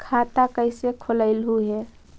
खाता कैसे खोलैलहू हे?